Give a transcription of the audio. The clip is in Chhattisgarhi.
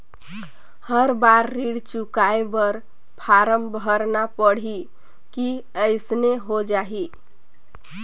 हर बार ऋण चुकाय बर फारम भरना पड़ही की अइसने हो जहीं?